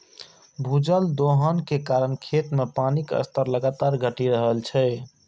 भूजल दोहन के कारण खेत मे पानिक स्तर लगातार घटि रहल छै